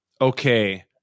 Okay